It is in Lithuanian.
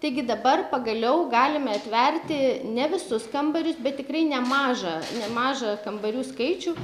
taigi dabar pagaliau galime atverti ne visus kambarius bet tikrai nemažą nemažą kambarių skaičių